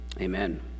Amen